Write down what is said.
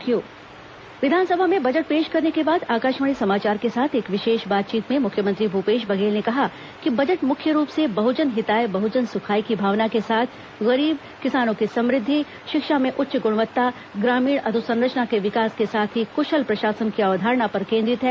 budget प्रतिक्रिया विधानसभा में बजट पेश करने के बाद आकाशवाणी समाचार के साथ एक विशेष बातचीत में मुख्यमंत्री भूपेश बघेल ने कहा कि बजट मुख्य रूप से बहुजन हिताय बहुजन सुखाय की भावना के साथ गरीब किसानों की समृद्धि शिक्षा में उच्च गुणवत्ता ग्रामीण अधोसंरचना के विकास के साथ ही कुशल प्रशासन की अवधारणा पर केंद्रित है